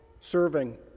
serving